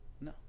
no